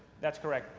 that's correct.